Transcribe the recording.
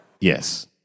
Yes